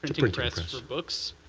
and different books,